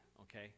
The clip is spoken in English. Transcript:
okay